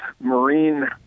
Marine